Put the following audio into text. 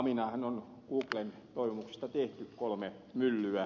haminaanhan on googlen toivomuksesta tehty kolme myllyä